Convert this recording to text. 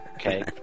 Okay